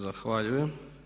Zahvaljujem.